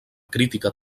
crítica